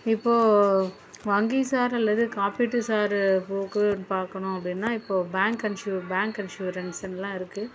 இப்போது வங்கிசார் அல்லது காப்பீட்டு சார் போக்குன்னு பார்க்கணும் அப்படின்னா இப்போது பேங்க் இன்சூ பேங்க் இன்சூரன்ஸ்ஸுன்லாம் இருக்குது